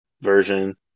version